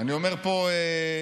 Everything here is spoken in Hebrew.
אני אומר פה לך,